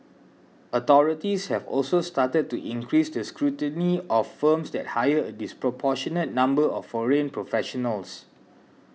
authorities have also started to increase the scrutiny of firms that hire a disproportionate number of foreign professionals